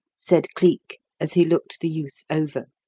said cleek, as he looked the youth over.